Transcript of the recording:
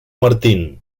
martin